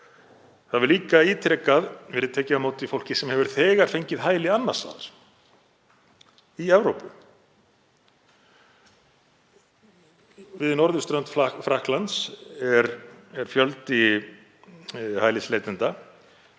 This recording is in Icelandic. Það hefur líka ítrekað verið tekið á móti fólki sem hefur þegar fengið hæli annars staðar í Evrópu. Við norðurströnd Frakklands er fjöldi hælisleitenda